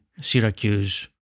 Syracuse